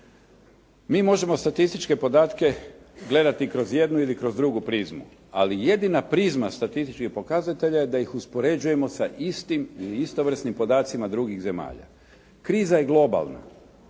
Mi možemo statističke podatke gledati kroz jednu ili kroz drugu prizmu, ali jedina prizma statističkih pokazatelja je da ih uspoređujemo sa istim ili istovrsnim podacima drugih zemalja. Kriza je globalna.